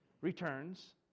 returns